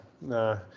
no